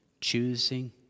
Choosing